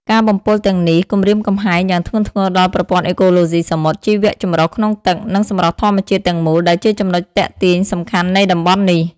ការបំពុលទាំងនេះគំរាមកំហែងយ៉ាងធ្ងន់ធ្ងរដល់ ប្រព័ន្ធអេកូឡូស៊ីសមុទ្រ ជីវចម្រុះក្នុងទឹក និង សម្រស់ធម្មជាតិ ទាំងមូល ដែលជាចំណុចទាក់ទាញសំខាន់នៃតំបន់នេះ។